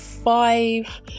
five